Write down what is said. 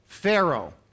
Pharaoh